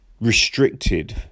restricted